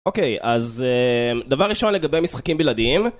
אוקיי, אז אה... דבר ראשון, לגבי משחקים בלעדיים,